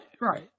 right